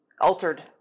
altered